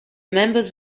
members